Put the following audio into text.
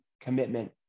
commitment